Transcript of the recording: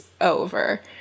over